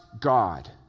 God